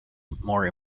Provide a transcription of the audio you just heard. more